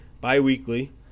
Bi-weekly